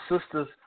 sister's